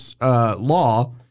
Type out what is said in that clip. law